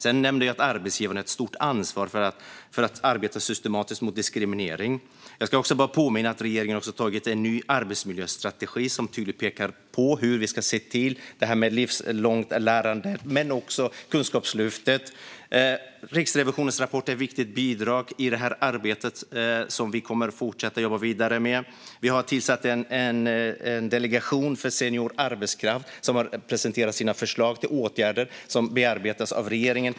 Jag nämnde också att arbetsgivaren har ett stort ansvar för att arbeta systematiskt mot diskriminering. Och jag vill påminna om att regeringen har antagit en ny arbetsmiljöstrategi som tydligt pekar på hur vi ska se på det här med livslångt lärande. Vi har även Kunskapslyftet. Riksrevisionens rapport är ett viktigt bidrag i arbetet som vi kommer att fortsätta att jobba vidare med. Vi har tillsatt en delegation för senior arbetskraft. Den har presenterat sina förslag till åtgärder, som bearbetas av regeringen.